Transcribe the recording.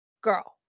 girl